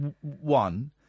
one